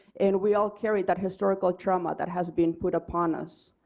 and we all carry that historical trauma that has been put upon us.